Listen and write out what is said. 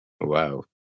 Wow